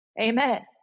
Amen